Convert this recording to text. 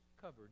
covered